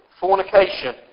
fornication